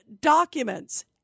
documents